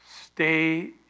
stay